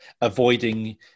avoiding